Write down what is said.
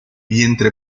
vientre